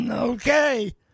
Okay